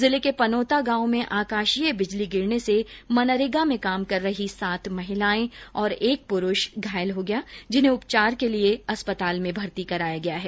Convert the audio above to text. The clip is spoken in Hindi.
जिले के पनोता गांव में आकाशीय बिजली गिरने से मनरेगा में काम कर रही सात महिलाएं और एक पुरूष घायल हो गया जिन्हें उपचार के लिये अस्पताल में भर्ती कराया गया है